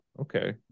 Okay